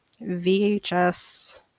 VHS